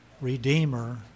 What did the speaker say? Redeemer